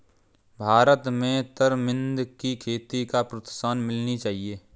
भारत में तरमिंद की खेती को प्रोत्साहन मिलनी चाहिए